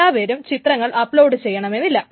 എല്ലാ പേരും ചിത്രങ്ങൾ അപ്ലോഡ് ചെയ്യണമെന്നില്ല